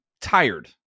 tired